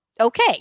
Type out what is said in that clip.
Okay